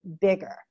bigger